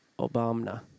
Obama